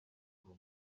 rumwe